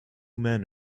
men